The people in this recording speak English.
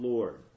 Lord